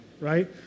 right